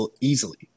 easily